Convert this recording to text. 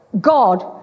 God